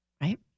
right